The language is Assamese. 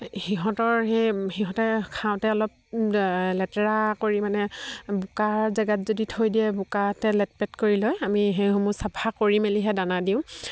সিহঁতৰ সেই সিহঁতে খাওঁতে অলপ লেতেৰা কৰি মানে বোকাৰ জেগাত যদি থৈ দিয়ে বোকাতে লেটপেট কৰি লয় আমি সেইসমূহ চাফা কৰি মেলিহে দানা দিওঁ